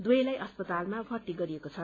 दुवैलाई अस्पतालमा भर्ती गरिएको छ